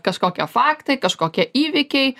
kažkokie faktai kažkokie įvykiai